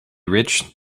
rich